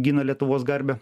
gina lietuvos garbę